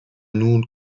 nun